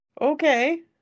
Okay